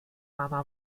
mama